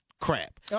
crap